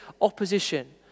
opposition